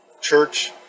church